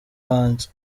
wanjye